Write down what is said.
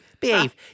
Behave